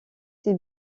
ses